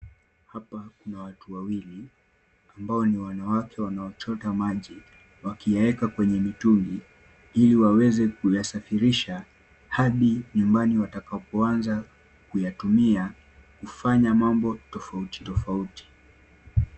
Hapa kuna watu wawili, ambao ni wanawake wanaochota maji wakiyaweka kwenye mitungi ,ili waweze kuyafarisha hadi nyumbani watakapoanza kuyatumia kufanya mambo tofauti tofauti.